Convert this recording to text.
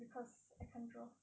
cause I can't draw